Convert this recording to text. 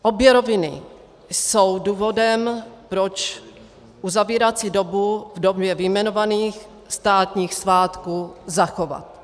Obě roviny jsou důvodem, proč uzavírací dobu v době vyjmenovaných státních svátků zachovat.